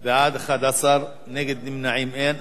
בעד, 11, נגד ונמנעים, אין.